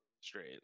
straight